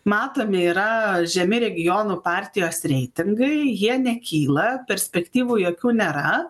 matomi yra žemi regionų partijos reitingai jie nekyla perspektyvų jokių nėra